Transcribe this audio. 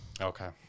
Okay